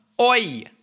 Oi